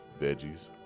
veggies